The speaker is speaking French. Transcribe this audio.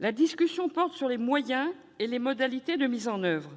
il porte sur les moyens et les modalités de mise en oeuvre.